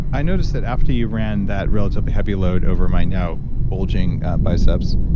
i noticed that after you ran that relatively heavy load over my now bulging biceps,